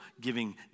giving